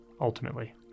ultimately